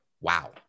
wow